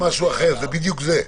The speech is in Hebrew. זה בדיוק זה.